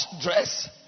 dress